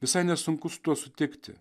visai nesunkus tuo sutikti